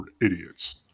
idiots